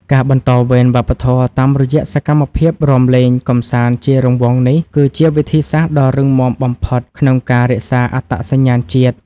ការបន្តវេនវប្បធម៌តាមរយៈសកម្មភាពរាំលេងកម្សាន្តជារង្វង់នេះ គឺជាវិធីសាស្ត្រដ៏រឹងមាំបំផុតក្នុងការរក្សាអត្តសញ្ញាណជាតិ។